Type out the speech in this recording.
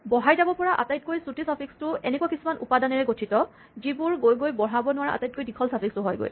বঢ়াই যাব পৰা আটাইতকৈ চুটি চাফিক্সটো এনেকুৱা কিছুমান উপাদানেৰে গঠিত যিবোৰ গৈ গৈ বঢ়াব নোৱাৰা আটাইতকৈ দীঘল চাফিক্স হয়গৈ